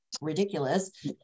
ridiculous